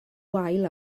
wael